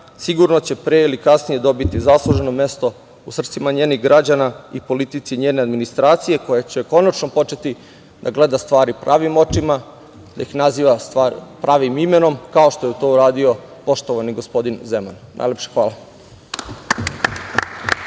sigurno će pre ili kasnije dobiti zasluženo mesto u srcima njenih građana i politici njene administracije, koja će konačno početi da gleda stvari pravim očima, da naziva stvari pravim imenom, kao što je to uradio poštovani gospodin Zeman. Najlepše hvala.